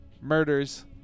murders